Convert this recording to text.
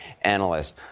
analyst